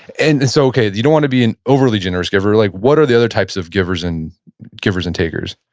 and and so okay, you don't wanna be an overly generous giver. like what are the other types of givers and givers and takers?